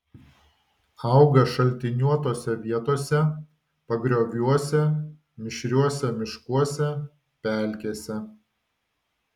auga šaltiniuotose vietose pagrioviuose mišriuose miškuose pelkėse